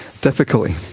difficulty